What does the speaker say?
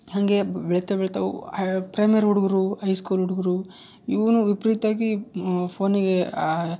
ಹಾಗೆ ಬೆಳೀತಾ ಬೆಳೀತಾ ಅವು ಪ್ರೈಮರಿ ಹುಡುಗುರು ಐ ಸ್ಕೂಲ್ ಹುಡುಗುರು ಇವೂನು ವಿಪ್ರೀತ್ವಾಗಿ ಫೋನಿಗೆ